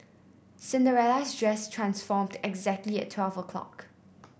Cinderella's dress transformed exactly at twelve o'clock